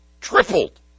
Tripled